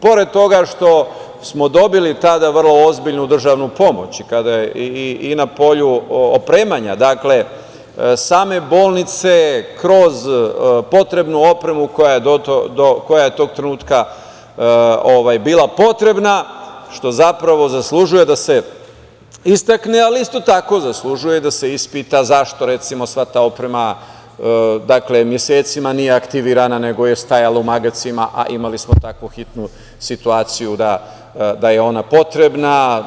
Pored toga što su dobili tada vrlo ozbiljnu državnu pomoć i na polju opremanja same bolnice, kroz potrebnu opremu koja je tog trenutka bila potrebna, što zapravo zaslužuje da se istakne, ali isto tako zaslužuje da se ispita zašto sva ta oprema mesecima nije aktivirana, nego je stajala u magacinu, a imali smo takvu hitnu situaciju da je ona potrebna.